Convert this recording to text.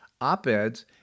op-eds